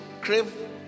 crave